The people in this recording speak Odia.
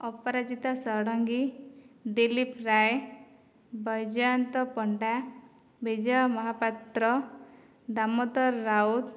ଅପରାଜିତା ଷଡଙ୍ଗୀ ଦିଲ୍ଲୀପ ରାୟ ବୈଜୟନ୍ତ ପଣ୍ଡା ବିଜୟ ମହାପାତ୍ର ଦାମୋଦର ରାଉତ